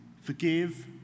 Forgive